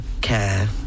care